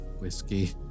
whiskey